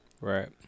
Right